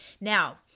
Now